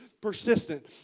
persistent